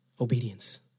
obedience